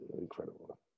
Incredible